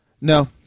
no